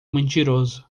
mentiroso